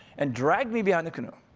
and drag me behind the canoe.